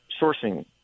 sourcing